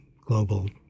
global